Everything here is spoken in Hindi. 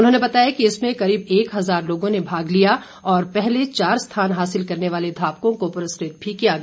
उन्होंने बताया कि इसमें करीब एक हजार लोगों ने भाग लिया और पहले चार स्थान हासिल करने वाले धावकों को पुरस्कृत भी किया गया